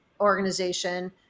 organization